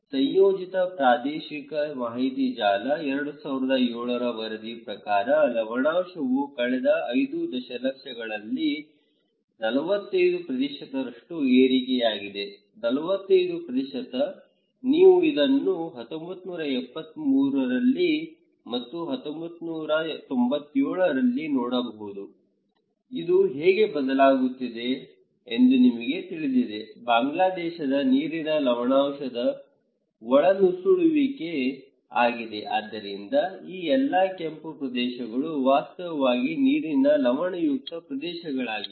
ಸಂಯೋಜಿತ ಪ್ರಾದೇಶಿಕ ಮಾಹಿತಿ ಜಾಲ 2007 ವರದಿ ಪ್ರಕಾರ ಲವಣಾಂಶವು ಕಳೆದ 5 ದಶಕಗಳಲ್ಲಿ 45 ರಷ್ಟು ಏರಿಕೆಯಾಗಿದೆ 45 ನೀವು ಇದನ್ನು 1973 ಮತ್ತು 1997 ರಲ್ಲಿ ನೋಡಬಹುದು ಇದು ಹೇಗೆ ಬದಲಾಗುತ್ತಿದೆ ಎಂದು ನಿಮಗೆ ತಿಳಿದಿದೆ ಬಾಂಗ್ಲಾದೇಶದಲ್ಲಿ ನೀರಿನ ಲವಣಾಂಶದ ಒಳನುಸುಳುವಿಕೆ ಆಗಿದೆ ಆದ್ದರಿಂದ ಈ ಎಲ್ಲಾ ಕೆಂಪು ಪ್ರದೇಶಗಳು ವಾಸ್ತವವಾಗಿ ನೀರಿನ ಲವಣಯುಕ್ತ ಪ್ರದೇಶಗಳಾಗಿವೆ